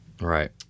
Right